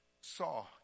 saw